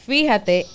Fíjate